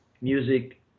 music